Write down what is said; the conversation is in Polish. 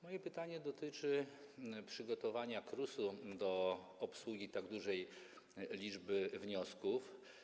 Moje pytanie dotyczy przygotowania KRUS-u do obsługi tak dużej liczby wniosków.